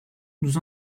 nous